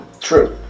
True